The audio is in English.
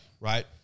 right